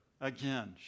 again